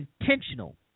intentional